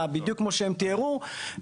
בדיוק כמו שהם תיארו,